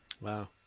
wow